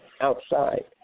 Outside